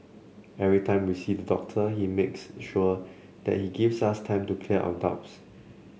every time we see the doctor he makes sure that he gives us time to clear our doubts